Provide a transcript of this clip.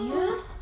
use